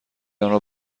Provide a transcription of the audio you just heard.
آنرا